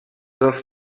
dels